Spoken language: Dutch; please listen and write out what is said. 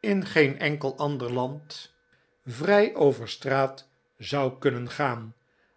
in geen enkel ander land vrij over straat zou kunnen gaan